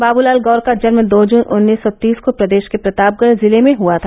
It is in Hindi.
बाबूलाल गौर का जन्म दो जून उन्नीस सौ तीस को प्रदेश के प्रतापगढ़ जिले में हुआ था